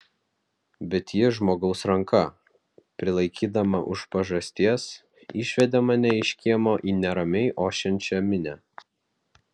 bet ji žmogaus ranka prilaikydama už pažasties išvedė mane iš kiemo į neramiai ošiančią minią